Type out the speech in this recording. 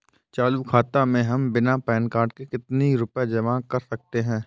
चालू खाता में हम बिना पैन कार्ड के कितनी रूपए जमा कर सकते हैं?